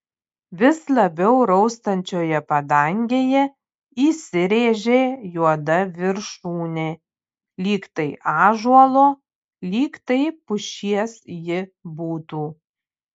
vis labiau raustančioje padangėje įsirėžė juoda viršūnė lyg tai ąžuolo lyg tai pušies ji būtų